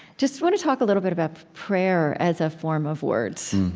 just want to talk a little bit about prayer as a form of words